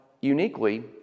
uniquely